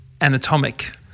anatomic